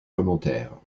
commentaires